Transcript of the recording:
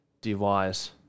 device